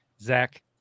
Zach